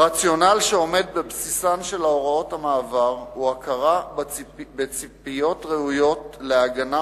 הרציונל שעומד בבסיסן של הוראות המעבר הוא הכרה בציפיות ראויות להגנה